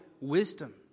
wisdom